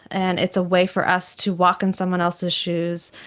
and it's a way for us to walk in someone else's shoes.